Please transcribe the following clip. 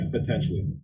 potentially